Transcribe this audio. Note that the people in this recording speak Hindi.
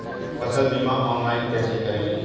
फसल बीमा ऑनलाइन कैसे करें?